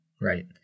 Right